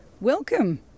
Welcome